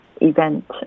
event